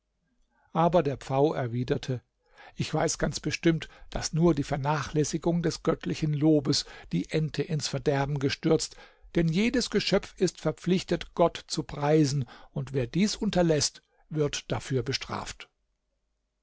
aber der pfau erwiderte ich weiß ganz bestimmt daß nur die vernachlässigung des göttlichen lobes die ente ins verderben gestürzt denn jedes geschöpf ist verpflichtet gott zu preisen und wer dies unterläßt wird dafür bestraft